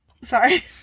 Sorry